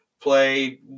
play